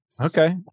Okay